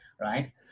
Right